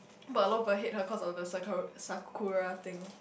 but a lot of people hate her cause of the saku~ Sakura thing